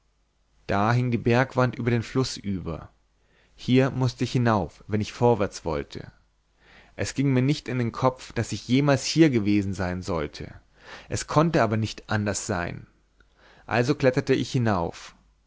da hing die bergwand über den fluß über hier mußte ich hinauf wenn ich vorwärts wollte es ging mir nicht in den kopf daß ich jemals hier gewesen sein sollte es konnte aber nicht anders sein also kletterte ich hinauf